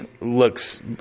looks